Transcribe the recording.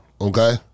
okay